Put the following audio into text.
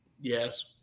Yes